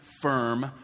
firm